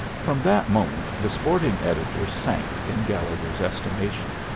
from that moment the sporting editor sank in gallegher's estimation.